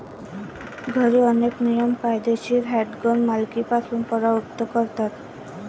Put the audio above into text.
घरी, अनेक नियम कायदेशीर हँडगन मालकीपासून परावृत्त करतात